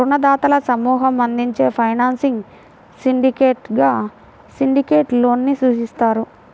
రుణదాతల సమూహం అందించే ఫైనాన్సింగ్ సిండికేట్గా సిండికేట్ లోన్ ని సూచిస్తారు